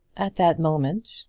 at that moment,